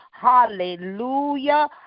Hallelujah